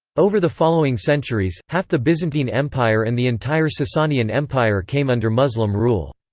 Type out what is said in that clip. over the following centuries, half the byzantine empire and the entire sasanian empire came under muslim rule.